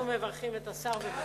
כולנו מברכים את השר.